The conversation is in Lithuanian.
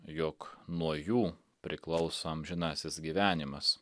jog nuo jų priklauso amžinasis gyvenimas